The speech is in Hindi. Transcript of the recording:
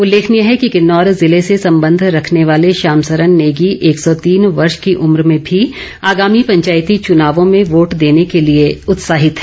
उल्लेखनीय है कि किन्नौर जिले से संबंध रखने वाले श्याम सरन नेगी एक सौ तीन वर्ष की उम्र में भी आगामी पंचायती चुनावों में वोट देने के लिए उत्साहित हैं